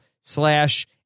slash